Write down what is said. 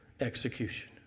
execution